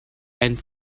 and